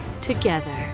together